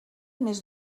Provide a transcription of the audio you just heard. més